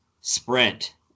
sprint